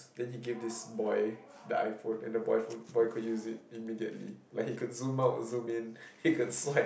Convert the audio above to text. then he give this boy the iPhone and the boy boy could use it immediately like he could zoom out or zoom in pick a slide